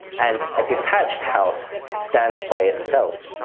and a detached house stands by itself.